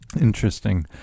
Interesting